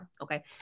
Okay